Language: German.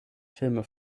filme